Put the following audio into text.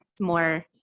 more